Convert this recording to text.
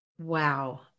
Wow